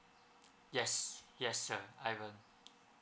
yes yes sir ivan